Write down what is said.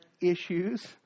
issues